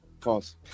False